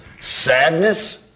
sadness